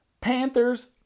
Panthers